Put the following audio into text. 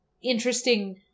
interesting